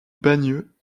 bagneux